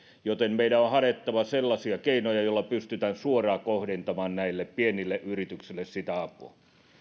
joten meidän on harjoitettava sellaisia keinoja joilla pystytään suoraan kohdentamaan näille pienille yrityksille sitä apua